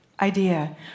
idea